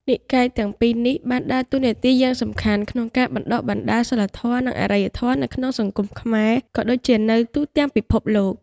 និកាយទាំងពីរនេះបានដើរតួនាទីយ៉ាងសំខាន់ក្នុងការបណ្តុះបណ្តាលសីលធម៌ និងអរិយធម៌នៅក្នុងសង្គមខ្មែរ ក៏ដូចជានៅទូទាំងពិភពលោក។